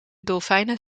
dolfijnen